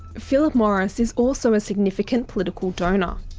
philip morris is also a significant political donor.